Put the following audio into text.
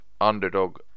underdog